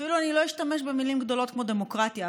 אפילו אני לא אשתמש במילים גדולות כמו "דמוקרטיה",